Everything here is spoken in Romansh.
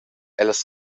ellas